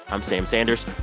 i'm sam sanders.